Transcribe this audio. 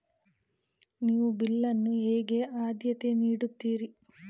ನೀವು ಬಿಲ್ ಅನ್ನು ಹೇಗೆ ಆದ್ಯತೆ ನೀಡುತ್ತೀರಿ?